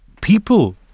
people